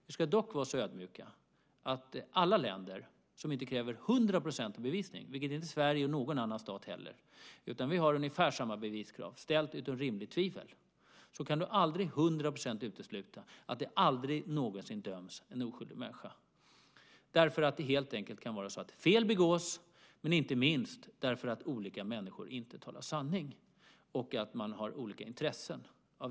Vi ska dock vara så ödmjuka att i alla länder som inte kräver hundraprocentig bevisning - vilket inte Sverige eller någon annan stat gör, vi har ungefär samma beviskrav, nämligen ställt utom rimligt tvivel - kan vi aldrig till hundra procent utesluta att en oskyldig människa aldrig någonsin döms. Fel begås helt enkelt, inte minst därför att olika människor har olika intressen och inte talar sanning.